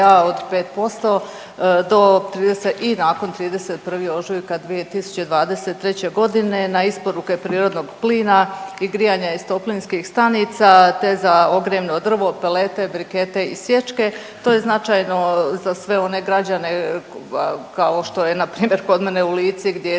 do 30. i nakon 31. ožujka 2023. godine je na isporuku prirodnog plina i grijanja iz toplinskih stanica, te za ogrjevno drvo, pelete, brikete i sječke to je značajno za sve one građane kao što je na primjer kod mene u Lici gdje je